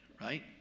right